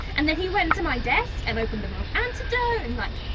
and then he went to my desk and opened the wrong antidote and, like,